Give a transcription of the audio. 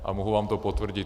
A mohu vám to potvrdit.